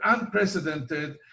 unprecedented